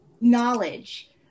knowledge